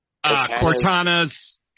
Cortana's